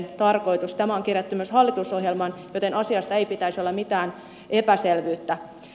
tämä on kirjattu myös hallitusohjelmaan joten asiasta ei pitäisi olla mitään epäselvyyttä